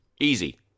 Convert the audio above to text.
Easy